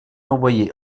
envoyé